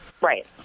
Right